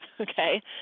okay